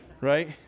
Right